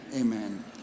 Amen